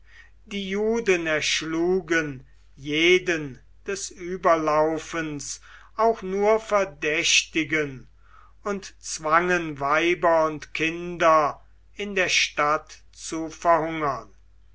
die juden erschlugen jeden des überlaufens auch nur verdächtigen und zwangen weiber und kinder in der stadt zu verhungern